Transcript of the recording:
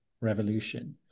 revolution